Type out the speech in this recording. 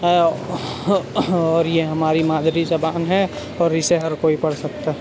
ہے اور یہ ہماری مادری زبان ہے اور اسے ہر کوئی پڑھ سکتا ہے